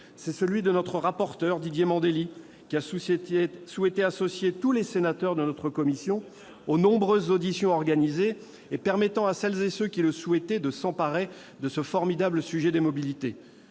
le travail de notre rapporteur, Didier Mandelli, qui a souhaité associer tous les sénateurs de notre commission ... Très bien !... aux nombreuses auditions organisées, permettant à celles et ceux qui le souhaitaient de s'emparer de ce formidable sujet des mobilités.